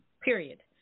period